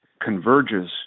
converges